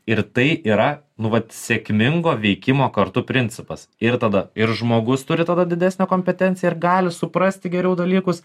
ir tai yra nu vat sėkmingo veikimo kartu principas ir tada ir žmogus turi tada didesnę kompetenciją ir gali suprasti geriau dalykus